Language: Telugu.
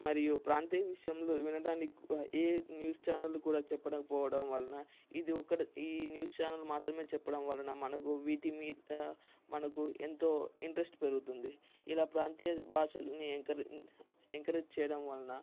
మరియు ప్రాంతీయ విషయంలో వినడానికి ఏ న్యూస్ ఛానళ్లు కూడా చెప్పకపోవడం వలన ఇది ఒక్కటే ఈ న్యూస్ ఛానల్ మాత్రమే చెప్పడం వలన మనకు వీటిమీద మనకు ఎంతో ఇంట్రెస్ట్ పెరుగుతుంది ఇలా ప్రాంతీయ భాషల్ని ఎంకర్ ఎంకరేజ్ చేయడం వలన